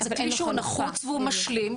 זה כלי שהוא נחוץ והוא משלים,